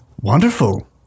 Wonderful